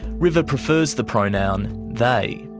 river prefers the pronoun they.